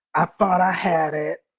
i thought i had it.